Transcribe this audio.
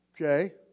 Okay